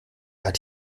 hat